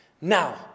Now